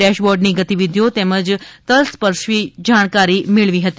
dash બોર્ડની ગતિવિધિઓ અને તલસ્પર્શી જાણકારી મેળવી હતી